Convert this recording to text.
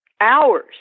hours